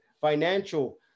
financial